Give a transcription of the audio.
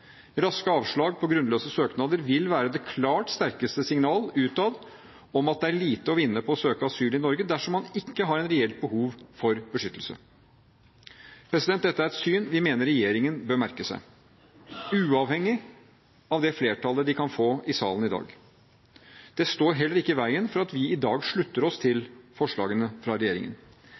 Raske avslag på grunnløse søknader vil være det klart sterkeste signal utad om at det er lite å vinne på å søke asyl i Norge dersom man ikke har et reelt behov for beskyttelse. Dette er et syn vi mener regjeringen bør merke seg, uavhengig av det flertallet de kan få i salen i dag. Det står heller ikke i veien for at vi i dag slutter oss til forslagene fra regjeringen.